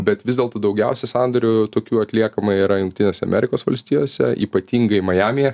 bet vis dėlto daugiausiai sandorių tokių atliekama yra jungtinėse amerikos valstijose ypatingai majamyje